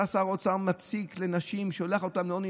אתה, שר האוצר, מציק לנשים, ושולח אותן לעוני.